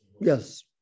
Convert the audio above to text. yes